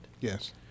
Yes